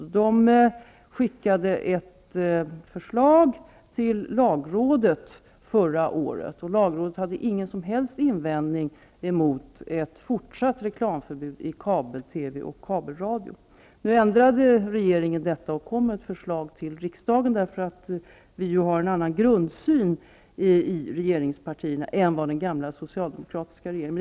Man sände ett förslag på remiss till lagrådet förra året. Lagrådet hade ingen som helst invändning emot ett fortsatt reklamförbud i kabel-TV och kabelradio. Den nuvarande regeringen ändrade emellertid på detta och lade fram ett annat förslag till riksdagen, eftersom vi i regeringspartierna ju har en annan grundsyn än vad den gamla socialdemokratiska regeringen hade.